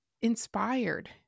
inspired